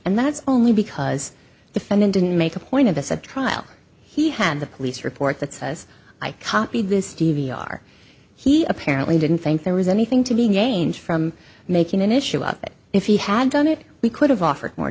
and that's only because the found him didn't make a point of this at trial he had the police report that says i copied this d v r he apparently didn't think there was anything to be gained from making an issue of it if he had done it we could have offered more